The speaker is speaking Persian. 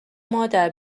مادر